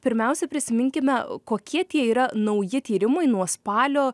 pirmiausia prisiminkime kokie tie yra nauji tyrimai nuo spalio